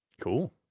cool